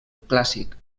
clàssic